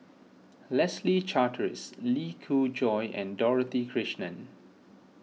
Leslie Charteris Lee Khoon Choy and Dorothy Krishnan